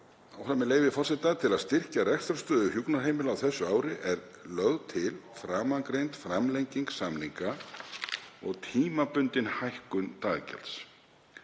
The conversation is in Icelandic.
samninga. Til að styrkja rekstrarstöðu hjúkrunarheimila á þessu ári er lögð til framangreind framlenging samninga og tímabundin hækkun daggjalds.